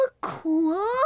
cool